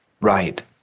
Right